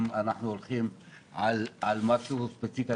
אם אנחנו הולכים על משהו ספציפי,